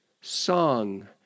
Song